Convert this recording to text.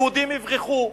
היהודים יברחו,